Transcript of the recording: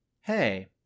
hey